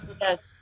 Yes